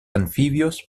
anfibios